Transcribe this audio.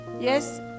Yes